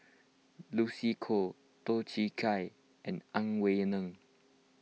Lucy Koh Toh Chin Chye and Ang Wei Neng